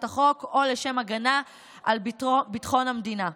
החוק או לשם הגנה על ביטחון המדינה.